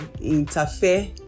interfere